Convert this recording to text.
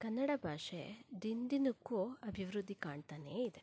ಕನ್ನಡ ಭಾಷೆ ದಿನ ದಿನಕ್ಕೂ ಅಭಿವೃದ್ಧಿ ಕಾಣ್ತಾನೇ ಇದೆ